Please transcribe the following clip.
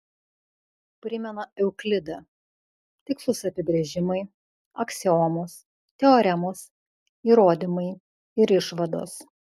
primena euklidą tikslūs apibrėžimai aksiomos teoremos įrodymai ir išvados